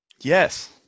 Yes